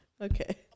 Okay